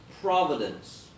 providence